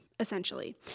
Essentially